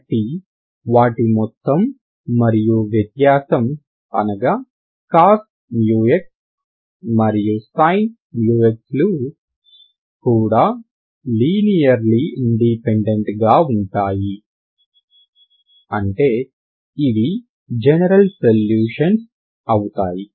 కాబట్టి వాటి మొత్తం మరియు వ్యత్యాసం అనగా cos x మరియు sin μx లు కూడా లీనియర్లీ ఇండిపెండెంట్ గా ఉంటాయి అంటే ఇవి జనరల్ సొల్యూషన్స్ అవుతాయి